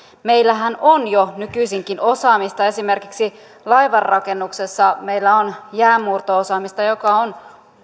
meillähän on jo nykyisinkin osaamista esimerkiksi laivanrakennuksessa meillä on jäänmurto osaamista joka on